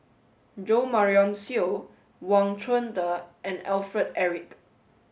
Jo Marion Seow Wang Chunde and Alfred Eric